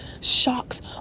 shocks